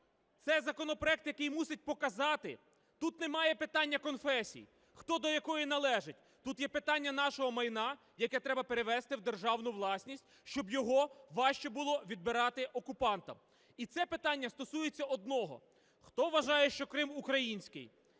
Це законопроект, який мусить показати: тут немає питання конфесій, хто до якої належить, тут є питання нашого майна, яке треба перевести в державну власність, щоб його важче було відбирати окупантам. І це питання стосується одного: хто вважає, що Крим український